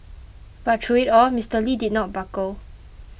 but through it all Mister Lee did not buckle